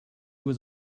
was